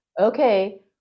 okay